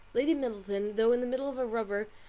lady middleton, though in the middle of a rubber,